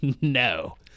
no